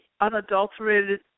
unadulterated